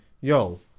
yo